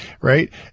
right